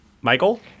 Michael